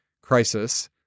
crisis